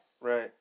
Right